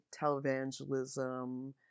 televangelism